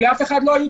זה לא מכובד.